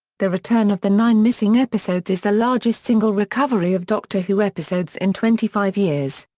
the return of the nine missing episodes is the largest single recovery of doctor who episodes in twenty five years.